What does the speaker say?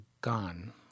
gone